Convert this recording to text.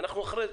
אנחנו אחרי זה.